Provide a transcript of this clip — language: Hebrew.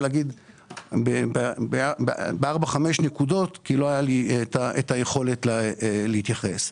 להתייחס לארבע-חמש נקודות כי לא הייתה לי היכולת להתייחס.